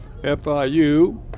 FIU